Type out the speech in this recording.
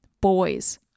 Boys